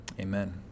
Amen